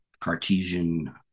Cartesian